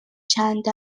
چند